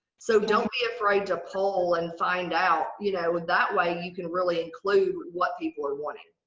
so don't be afraid to pull and find out you know in that way you can really include what people are wanting,